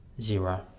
Zero